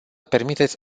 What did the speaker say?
permiteți